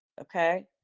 okay